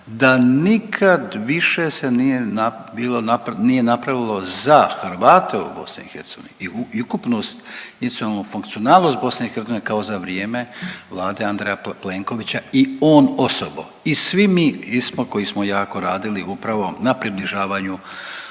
da nikad više se nije napravilo za Hrvate u BiH i ukupnost institucionalnu funkcionalnost BiH kao za vrijeme Vlade Andreja Plenkovića i on osobno i svi mi isto koji smo jako radili upravo na približavanju